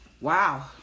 wow